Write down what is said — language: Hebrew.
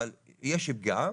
אבל יש פגיעה